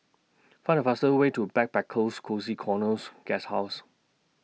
Find The fastest Way to Backpackers Cozy Corners Guesthouse